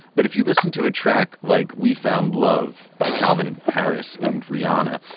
but if you listen to a track like we found love by calvin harris and rihanna,